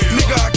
Nigga